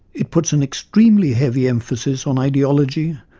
it puts an extremely heavy emphasis on ideology,